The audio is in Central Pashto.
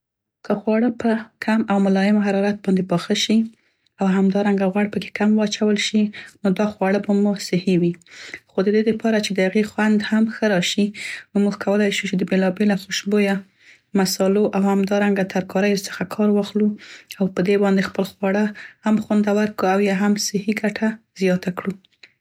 که خواړه په کم او ملایم حرارت باندې پاخه شي او همدارنګه غوړ په کې کم واچول شي نو دا خواړه به مو صحي وي. خو د دې دپاره چې د هغې خوند هم ښه راشي نو موږ کولای شو چې د بیلابیله خوشبویه مسالو او همدارنګه ترکاریو څخه کار واخلو او په دې باندې خپل خواړه هم خواړه خوندور کو او یې هم صحي ګټه زیاته کړو.